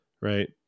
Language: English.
Right